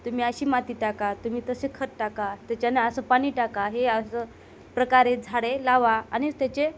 तुम्ही अशी माती टाका तुम्ही तसे खत टाका त्याच्यात असे पाणी टाका हे अशा प्रकारे झाडे लावा आणि त्याचे